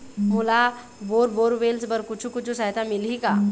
मोला bore borewells बर कुछू कछु सहायता मिलही का?